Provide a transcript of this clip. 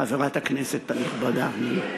חברת הכנסת הנכבדה.